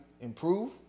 improve